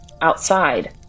outside